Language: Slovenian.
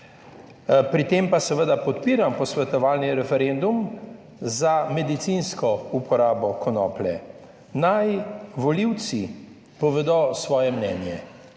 Pri tem pa seveda podpiram posvetovalni referendum za medicinsko uporabo konoplje. Naj volivci povedo svoje mnenje